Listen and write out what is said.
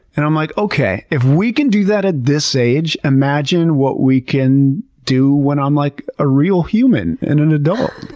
and i'm like, okay, if we can do that at this age, imagine what we can do when i'm, like, a real human and an adult.